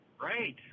Right